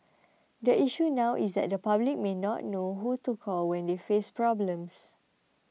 the issue now is that the public may not know who to call when they face problems